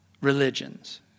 religions